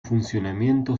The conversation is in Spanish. funcionamiento